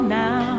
now